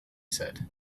said